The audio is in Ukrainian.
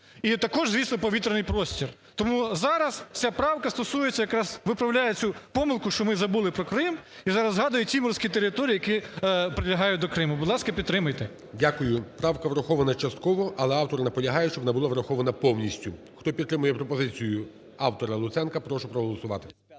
і також, звісно, повітряний простір. Тому зараз ця правка стосується якраз, виправляє цю помилку, що ми забули про Крим і зараз згадуємо ті морські території, які прилягають до Криму. Будь ласка, підтримайте. ГОЛОВУЮЧИЙ. Дякую. Правка врахована частково, але автор наполягає, щоб вона була врахована повністю. Хто підтримує пропозицію автора Луценка, прошу проголосувати.